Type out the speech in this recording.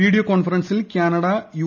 video കോൺഫറൻസിൽ Canada U